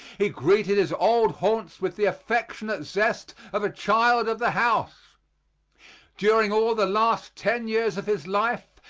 he greeted his old haunts with the affectionate zest of a child of the house during all the last ten years of his life,